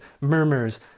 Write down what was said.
murmurs